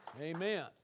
Amen